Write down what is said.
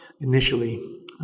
initially